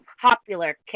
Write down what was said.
popular